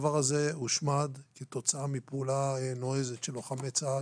הדבר הזה הושמד כתוצאה מפעולה נועזת של לוחמי צה"ל,